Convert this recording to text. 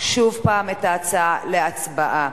את ההצעה להצבעה.